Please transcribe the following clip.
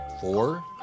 Four